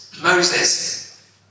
Moses